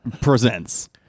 presents